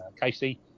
Casey